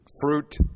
Fruit